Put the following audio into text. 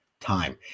time